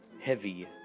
heavy